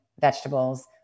vegetables